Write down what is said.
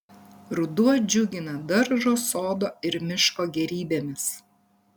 ruduo džiugina daržo sodo ir miško gėrybėmis